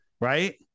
Right